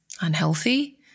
unhealthy